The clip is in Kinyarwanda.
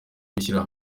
gushyira